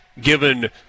given –